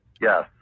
Yes